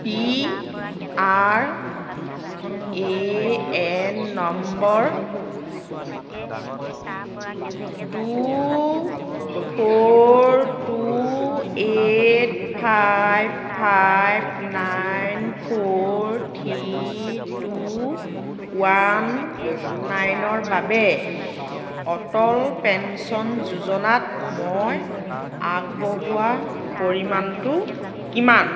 P R A N number two four two eight five five nine four three two one নাইনৰ বাবে Atal pension যোজনাত মই আগবঢ়োৱা পৰিমাণটো কিমান